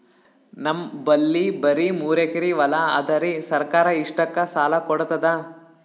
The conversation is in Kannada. ನಮ್ ಬಲ್ಲಿ ಬರಿ ಮೂರೆಕರಿ ಹೊಲಾ ಅದರಿ, ಸರ್ಕಾರ ಇಷ್ಟಕ್ಕ ಸಾಲಾ ಕೊಡತದಾ?